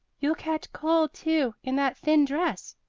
you'll catch cold, too, in that thin dress,